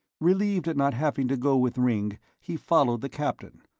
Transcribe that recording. relieved at not having to go with ringg, he followed the captain,